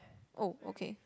oh okay